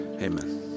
Amen